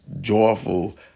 joyful